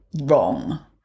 wrong